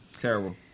Terrible